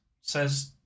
says